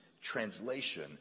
translation